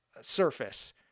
surface